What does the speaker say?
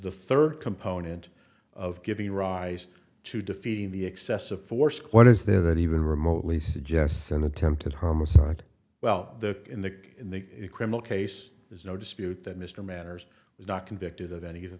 the third component of giving rise to defeating the excessive force what is there that even remotely suggests an attempted homicide well the in the in the criminal case there's no dispute that mr manners was not convicted of any of the